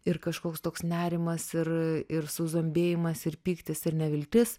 ir kažkoks toks nerimas ir ir suzombėjimas ir pyktis ir neviltis